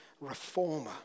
reformer